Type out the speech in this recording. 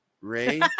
Ray